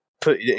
put –